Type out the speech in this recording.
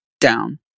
down